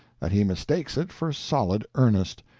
that he mistakes it for solid earnest,